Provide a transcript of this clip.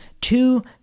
two